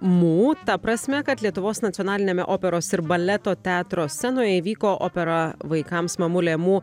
mū ta prasme kad lietuvos nacionaliniame operos ir baleto teatro scenoje įvyko opera vaikams mamulė mū